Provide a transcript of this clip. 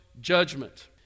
judgment